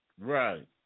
right